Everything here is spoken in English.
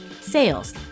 sales